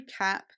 recap